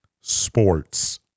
Sports